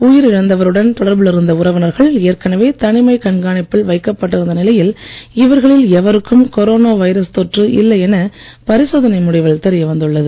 உயிரிழந்தவருடன் தொடர்பில் இருந்த உறவினர்கள் ஏற்கனவே தனிமைக் கண்காணிப்பில் வைக்கப்பட்டிருந்த நிலையில் இவர்களில் எவருக்கும் கொரோனா தொற்று இல்லை எனப் பரிசோதனை வைரஸ் முடிவில் தெரியவந்துள்ளது